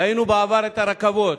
ראינו בעבר את הרכבות,